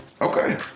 okay